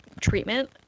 treatment